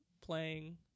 playing